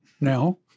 now